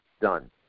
done